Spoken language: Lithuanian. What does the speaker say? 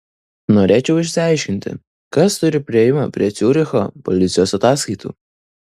norėčiau išsiaiškinti kas turi priėjimą prie ciuricho policijos ataskaitų